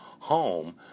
Home